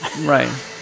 right